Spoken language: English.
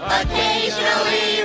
occasionally